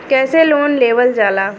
कैसे लोन लेवल जाला?